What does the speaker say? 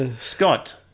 Scott